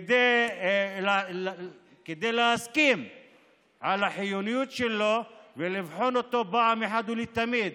כדי להסכים על החיוניות שלו ולבחון אותו אחת ולתמיד